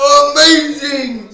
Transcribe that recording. amazing